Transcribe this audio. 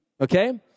Okay